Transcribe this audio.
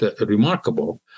remarkable